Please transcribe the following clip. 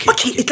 Okay